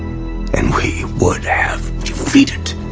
and we would have defeated,